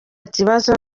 kibazo